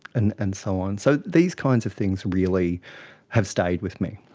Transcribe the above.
and and so on. so these kinds of things really have stayed with me.